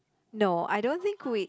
no I don't think we